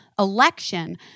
election